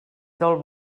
del